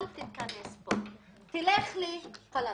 אל תתכנס כאן אלא לך לקלנסואה,